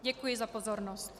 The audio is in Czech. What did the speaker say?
Děkuji za pozornost.